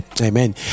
amen